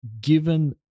given